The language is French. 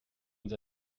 nous